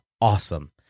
awesome